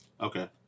Okay